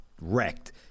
wrecked